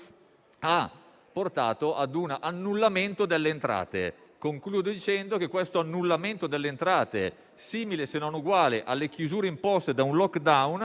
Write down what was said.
hanno portato ad un annullamento delle entrate. Concludo dicendo che questo annullamento delle entrate, simile, se non uguale, alle chiusure imposte da un *lockdown*,